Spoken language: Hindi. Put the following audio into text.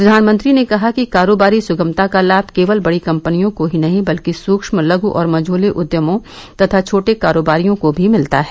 प्रधानमंत्री ने कहा कि कारोबारी सुगमता का लाभ केवल बड़ी कंपनियों को नहीं बल्कि सूक्ष्म लघ् और मझोले उद्यमों तथा छोटे कारोबारियों को भी भिलता है